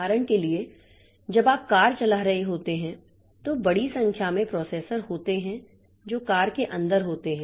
उदाहरण के लिए जब आप कार चला रहे होते हैं तो बड़ी संख्या में प्रोसेसर होते हैं जो कार के अंदर होते हैं